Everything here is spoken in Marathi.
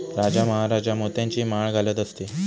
राजा महाराजा मोत्यांची माळ घालत असे